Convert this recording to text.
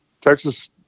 Texas